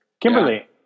Kimberly